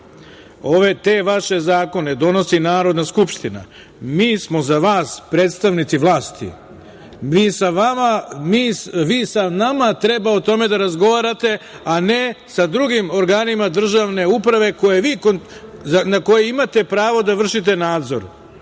Te vaše zakone donosi Narodna skupština, mi smo za vas predstavnici vlasti, vi sa nama treba o tome da razgovarate, a ne sa drugim organima državne uprave na koje imate pravo da vršite nadzor.